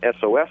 SOS